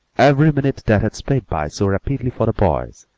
every minute that had sped by so rapidly for the boys,